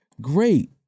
great